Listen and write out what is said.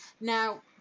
Now